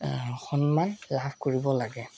সন্মান লাভ কৰিব লাগে